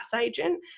agent